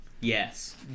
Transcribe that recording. yes